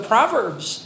Proverbs